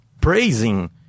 praising